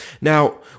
Now